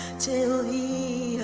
till he